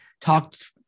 talked